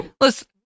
Listen